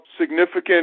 significant